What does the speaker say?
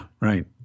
right